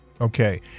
Okay